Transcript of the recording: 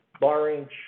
barring